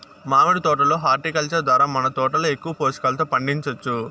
మామిడి తోట లో హార్టికల్చర్ ద్వారా మన తోటలో ఎక్కువ పోషకాలతో పండించొచ్చు